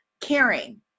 caring